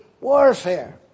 warfare